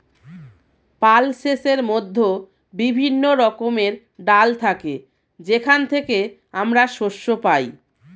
পালসেসের মধ্যে বিভিন্ন রকমের ডাল থাকে যেখান থেকে আমরা শস্য পাই